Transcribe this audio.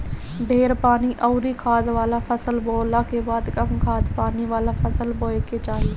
ढेर पानी अउरी खाद वाला फसल बोअला के बाद कम खाद पानी वाला फसल बोए के चाही